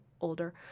older